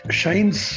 shines